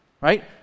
Right